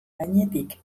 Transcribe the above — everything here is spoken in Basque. gainetik